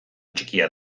txikiak